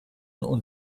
und